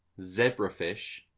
zebrafish